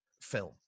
film